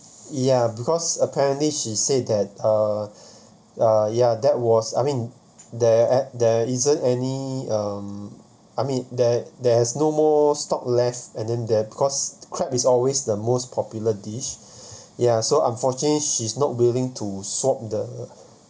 ya because apparently she said that uh uh ya that was I mean there there isn't any um I mean there there's no more stock left and then there because crab is always the most popular dish ya so unfortunately she's not willing to swap the